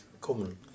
common